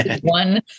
one